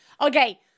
Okay